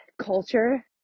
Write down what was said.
culture